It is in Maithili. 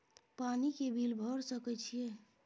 पानी के बिल भर सके छियै?